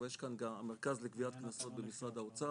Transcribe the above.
אבל יש כאן גם מרכז לגביית קנסות במשרד האוצר,